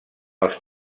els